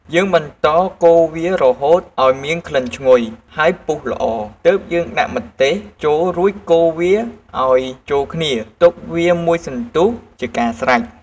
យើងបន្តកូរវារហូតឱ្យមានក្លិនឈ្ងុយ ហើយពុះល្អ ទើបយើងដាក់ម្ទេសចូលរួចកូរវាឱ្យចូលគ្នាទុកវាមួយសន្ទុះជាកាស្រេច។